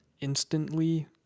instantly